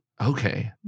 Okay